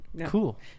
Cool